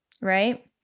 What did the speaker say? right